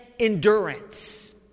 Endurance